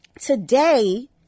Today